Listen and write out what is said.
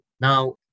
Now